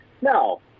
No